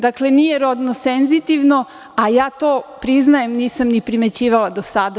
Dakle, nije rodno senzitivno, a ja to priznajem, nisam ni primećivala do sada.